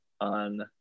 on